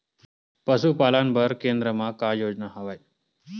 पशुपालन बर केन्द्र म का योजना हवे?